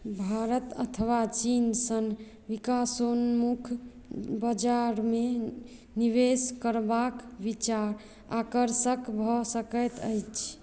भारत अथवा चीन सन विकासोन्मुख बाजारमे निवेश करबाक विचार आकर्षक भऽ सकैत अछि